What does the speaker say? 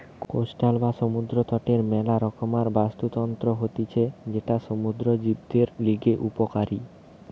coastal বা সমুদ্র তটের মেলা রকমকার বাস্তুতন্ত্র হতিছে যেটা সমুদ্র জীবদের লিগে উপকারী